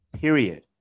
period